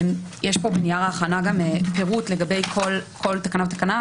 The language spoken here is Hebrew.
יש פה בנייר ההכנה פירוט לגבי כל תקנה ותקנה,